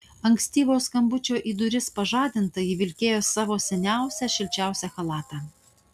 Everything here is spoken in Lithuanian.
ankstyvo skambučio į duris pažadinta ji vilkėjo savo seniausią šilčiausią chalatą